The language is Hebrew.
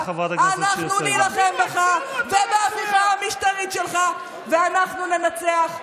אנחנו נילחם בך ובהפיכה המשטרית שלך’ ואנחנו ננצח.